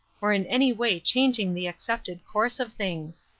or in any way changing the accepted course of things.